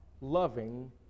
loving